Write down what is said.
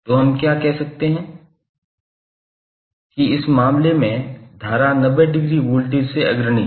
तो हम क्या कह सकते हैं कि इस मामले में धारा 90 डिग्री वोल्टेज से अग्रणी है